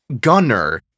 Gunner